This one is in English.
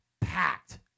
packed